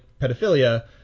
pedophilia